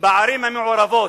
בערים המעורבות,